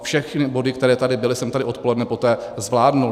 Všechny body, které tady byly, jsem tady odpoledne poté zvládl.